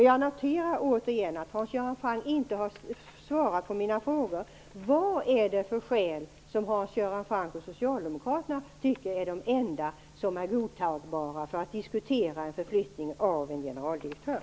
Jag noterar att Hans Göran Franck inte har svarat på mina frågor. Vilka skäl tycker Hans Göran Franck och Socialdemokraterna är de enda godtagbara för att diskutera en förflyttning av en generaldirektör?